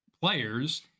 players